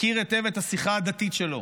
מכיר היטב את השיחה הדתית שלו,